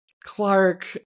clark